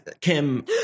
Kim